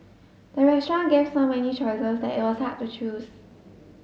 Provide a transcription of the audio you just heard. the restaurant gave so many choices that it was hard to choose